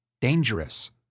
Dangerous